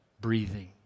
breathing